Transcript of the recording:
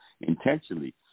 intentionally